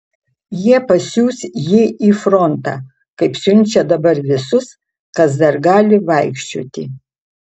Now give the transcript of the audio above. jie pasiųs jį į frontą kaip siunčia dabar visus kas dar gali vaikščioti